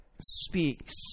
speaks